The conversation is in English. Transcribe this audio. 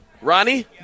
Ronnie